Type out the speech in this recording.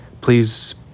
Please